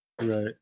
Right